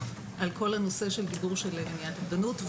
על כל נושא גידור מניעת אובדנות.